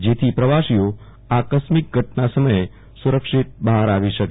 જેથી પ્રવાસીઓ આકસ્મિક ઘટના સમયે સુરક્ષિત બહાર આવી શકે